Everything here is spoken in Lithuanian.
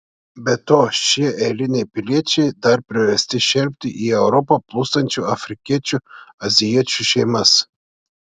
be to šie eiliniai piliečiai dar priversti šelpti į europą plūstančių afrikiečių azijiečių šeimas